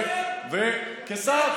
זה התפקיד שלך כשר תקשורת?